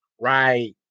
Right